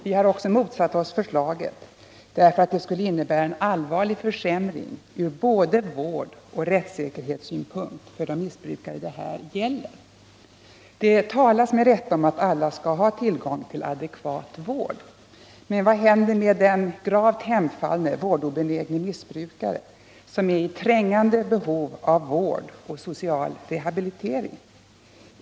Vi har också motsatt oss förslaget därför att det skulle innebära en allvarlig försämring från både vårdoch rättssäkerhetssynpunkt för de missbrukare det här gäller. Det talas med rätta om att alla skall ha tillgång till adekvat vård, men vad händer med den gravt hemfallne, vårdobenägne missbrukare som är i trängande behov av vård och social rehabilitering?